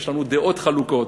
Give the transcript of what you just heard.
יש לנו דעות חלוקות.